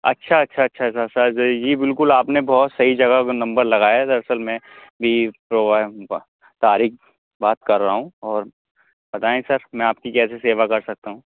اچھا اچھا اچھا سر جی بالکل آپ نے بہت صحیح جگہ کا نمبر لگایا ہے دراصل میں بھی تو طارق بات کر رہا ہوں اور بتائیں سر میں آپ کی کیسے سیوا کر سکتا ہوں